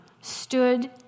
stood